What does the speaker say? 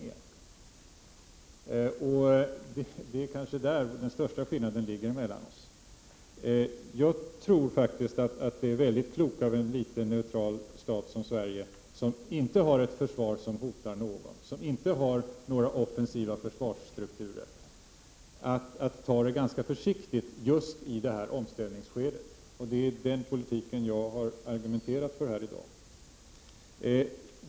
Det är kanske där som den största skillnaden i uppfattning finns. Jag tror faktiskt att det är väldigt klokt av en liten neutral stat som Sverige — som inte har ett försvar som hotar någon, som inte har några offensiva försvarsstrukturer — att ta det ganska försiktigt just i omställningsskedet. Det är den politik som jag har argumenterat för här i dag.